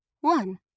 one